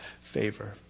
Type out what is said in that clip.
favor